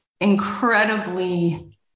incredibly